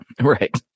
Right